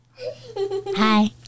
Hi